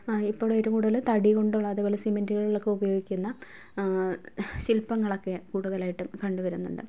ഇപ്പോൾ ഏറ്റവും കൂടുതൽ തടി കൊണ്ടുള്ള അതുപോലെ സിമെൻറ്റുകളിൽ ഒക്കെ ഉപയോഗിക്കുന്ന ശില്പങ്ങളൊക്കെ കൂടുതലായിട്ട് കണ്ടുവരുന്നുണ്ട്